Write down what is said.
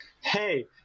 hey